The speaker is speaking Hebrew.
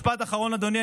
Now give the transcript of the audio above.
משפט אחרון, אדוני.